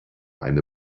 eine